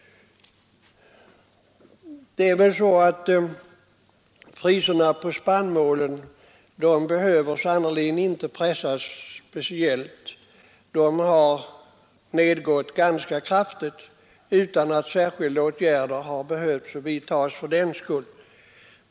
Priserna på spannmål behöver sannerligen inte pressas ner på något speciellt sätt; de har nedgått ganska kraftigt utan att några särskilda åtgärder behövt vidtas fördenskull.